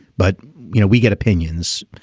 but you know we get opinions.